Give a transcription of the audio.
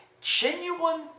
genuine